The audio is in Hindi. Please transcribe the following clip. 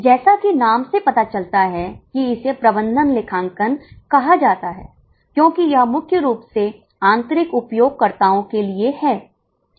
जैसा कि नाम से पता चलता है कि इसे प्रबंधन लेखांकन कहा जाता है क्योंकि यह मुख्य रूप से आंतरिक उपयोगकर्ताओं के लिए है